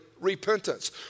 repentance